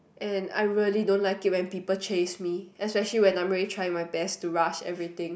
and I really don't like it when people chase me especially when I'm already trying my best to rush everything